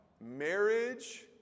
Marriage